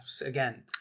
again